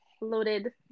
loaded